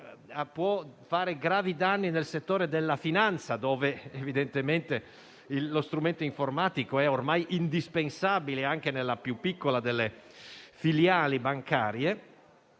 arrecare gravi danni nel settore della finanza, dal momento che evidentemente lo strumento informatico è ormai indispensabile anche nella più piccola delle filiali bancarie,